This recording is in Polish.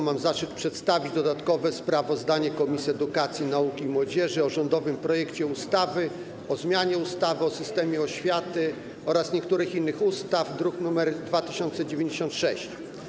Mam zaszczyt przedstawić dodatkowe sprawozdanie Komisji Edukacji, Nauki i Młodzieży o rządowym projekcie ustawy o zmianie ustawy o systemie oświaty oraz niektórych innych ustaw, druk nr 2096.